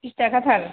बिस थाखा थार